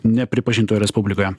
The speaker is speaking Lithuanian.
nepripažintoje respublikoje